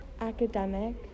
academic